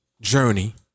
journey